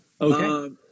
Okay